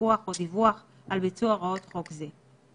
פיקוח או דיווח על ביצוע הוראות חוק זה.